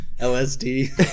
LSD